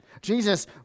Jesus